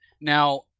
Now –